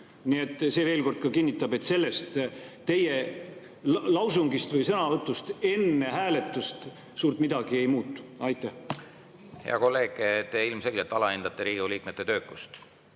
see veel kord kinnitab, et sellest teie lausungist või sõnavõtust enne hääletust suurt midagi ei muutu. Hea kolleeg, te ilmselgelt alahindate Riigikogu liikmete töökust.